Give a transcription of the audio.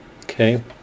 Okay